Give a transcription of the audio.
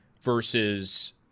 versus